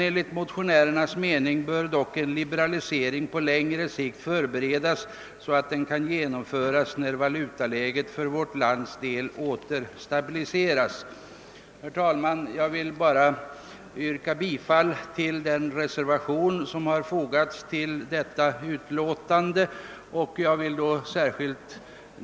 Enligt motionärernas mening bör dock en liberalisering på längre sikt förberedas, »så att den kan genomföras, när valutaläget för vårt lands del åter stabiliserats». Herr talman! Till detta utlåtande har fogats en reservation, gemensam för folkpartiets och moderata samlingspartiets representanter.